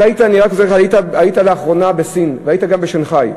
היית לאחרונה בסין והיית גם בשנגחאי.